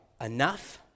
enough